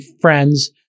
friends